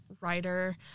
writer